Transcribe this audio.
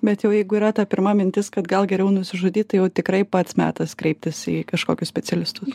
bet jau jeigu yra ta pirma mintis kad gal geriau nusižudyt tai jau tikrai pats metas kreiptis į kažkokius specialistus